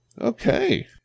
Okay